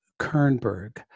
Kernberg